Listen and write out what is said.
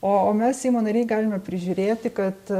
o o mes seimo nariai galime prižiūrėti kad